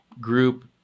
group